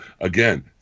Again